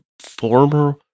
former